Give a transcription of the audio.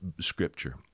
scripture